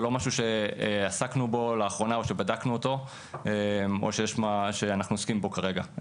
זה לא משהו שעסקנו בו לאחרונה או שבדקנו אותו שאנו עוסקים בו כרגע.